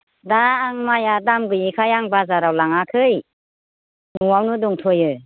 दा आं माइआ दाम गैयैखाय आं बाजाराव लाङाखै न'आवनो दंथ'यो